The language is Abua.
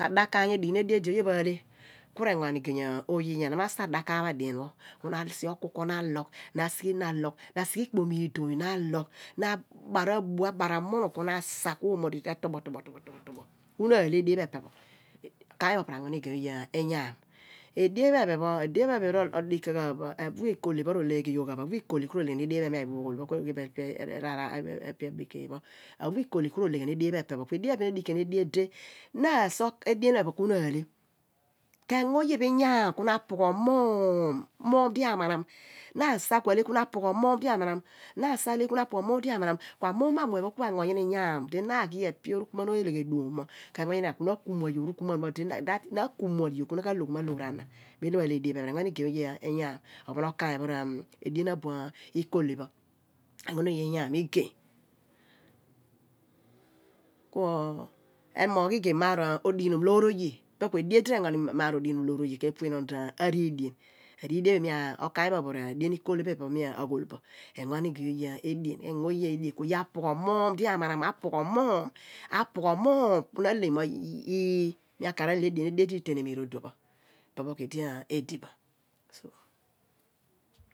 Adhakaany edighi edien di oye pho aleh ku regho igey oye iyaam na ma se dhakaany pho diepho ku na ma se dhakaany pho diepho ku na sique okukwo na loqh na sique innah logh nadiqhe ikpom idoonyi na loqh na baar abuug na baaram munum ku sa ku oowo di atol tohbo tohbo tohbo tohbo ku ale edien edien phe epe pho okaany pho po ro rgno agey oye iyaam edien phe pho awekoh ko roleh ghan awe ikoli kuro leh edien pho epe pho edien pho epe pho edighi kuen edien di na sa ku na aleh ke gho oye pho iyam ku na pu ghol muum di amanam ku amum mo amuen pho ku agho yina iyaam di na ghi epe rukumuan eleghedum mo ke gho ina ku na kumuan yogh ku na ka loghoma loor ana memdi na me leh re regho agey oye iyaam ophon okaany opho edien abhua ikoli regno oye iyaam igey ku emogh igey maar odighi num loor oye epe ku edien di regno ghan maar odighinum loor epu inon odoh ariidien okaany pho phon pho re dien ikoli ipe mo aghol bo regno igey oye edien oye apughol mum di amanam apughol mum apughol mum ku na legheri mo eeh mi akaar aleh edien di ilen imi rodon pho ipe pho ku idi edi bo